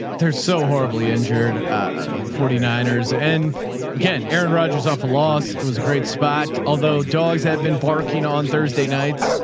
they're so horribly injured forty nine ers and again, aaron rogers off a loss. it was a great spot. although dogs have been barking on thursday nights.